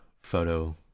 photo